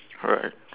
alright